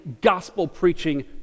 gospel-preaching